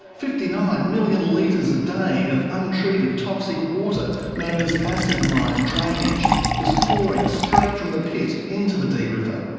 fifty nine million litres a day of untreated toxic water known as acid mine drainage was pouring straight from the pit into the dee river.